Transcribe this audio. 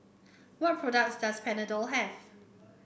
what products does Panadol have